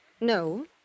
No